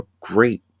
great